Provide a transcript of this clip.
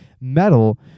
metal